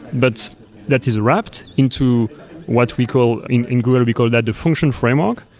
but that is wrapped into what we call in in google we call that the function framework.